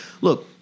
Look